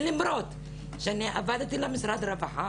למרות שאני עבדתי במשרד הרווחה,